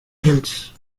hills